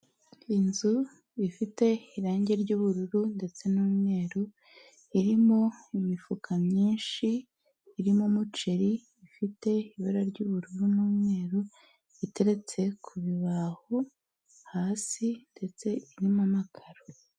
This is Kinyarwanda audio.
Inzu ifite irangi ry'ubururu ndetse n'umweru, irimo imifuka myinshi irimo umuceri, ifite ibara ry'ubururu n'umweru, iteretse ku bibaho hasi, ndetse irimo amakara.